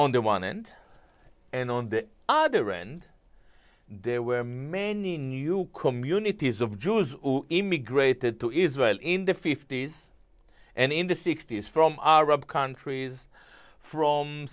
on the one hand and on the other end there were many new communities of jews who immigrated to israel in the fifty's and in the sixty's from arab countries from